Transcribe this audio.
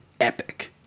epic